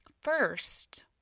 First